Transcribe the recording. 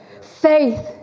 faith